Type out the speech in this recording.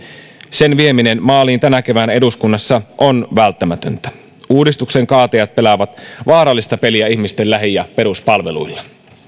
sen vieminen maaliin tänä keväänä eduskunnassa on välttämätöntä uudistuksen kaatajat pelaavat vaarallista peliä ihmisten lähi ja peruspalveluilla